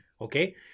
okay